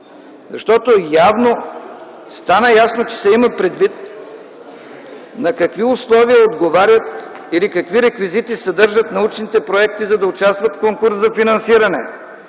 Ясно стана, че се има предвид на какви условия отговарят или какви реквизити съдържат научните проекти, за да участват в конкурс за финансиране,